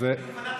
ועדת הפנים.